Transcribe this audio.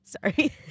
sorry